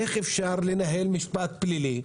איך אפשר לנהל משפט פלילי,